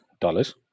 dollars